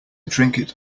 trinket